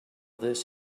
this